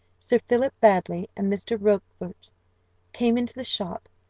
sir philip baddely and mr. rochfort came into the shop.